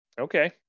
Okay